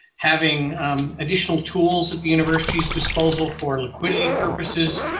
having additional tools at the university's disposal for liquidity purposes,